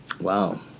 wow